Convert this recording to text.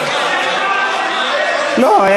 לא,